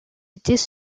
étaient